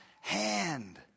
hand